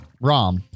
ROM